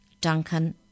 Duncan